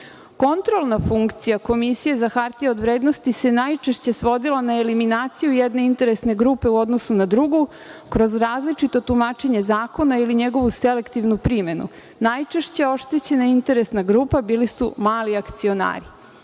Kontrolna funkcija Komisije za hartije od vrednosti se najčešće svodila na eliminaciju jedne interesne grupe u odnosu na drugu, kroz različita tumačenja zakona ili njegovu selektivnu primenu. Najčešće oštećena interesna grupa bili su mali akcionari.